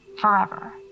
Forever